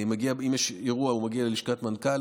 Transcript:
אם יש אירוע, הוא מגיע ללשכת מנכ"ל.